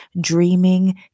dreaming